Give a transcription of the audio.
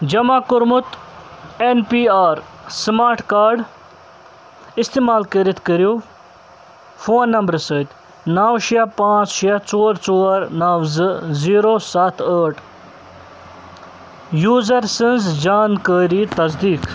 جمع کوٚرمُت N P R smart card اِستعمال کٔرتھ کٔرو فون نمبرٕ سۭتۍ نَو شےٚ پانٛژھ شےٚ ژور ژور نَو زٕ زیٖرو ستھ ٲٹھ یوٗزر سٕنٛز جانٛکٲری تصدیٖق